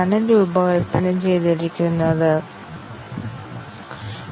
അതിനാൽ സൈക്ലോമാറ്റിക് സങ്കീർണ്ണത വളരെ പ്രധാനപ്പെട്ട ഒരു സംഖ്യയാണ്